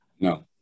No